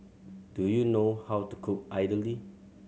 do you know how to cook idly